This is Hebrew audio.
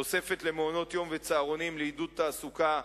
תוספת למעונות-יום ולצהרונים לעידוד תעסוקה,